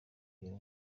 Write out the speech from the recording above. abwira